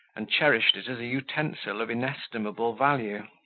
and cherished it as a utensil of inestimable value.